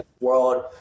world